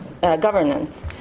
governance